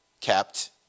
kept